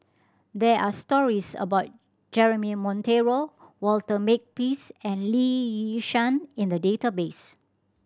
there are stories about Jeremy Monteiro Walter Makepeace and Lee Yi Shyan in the database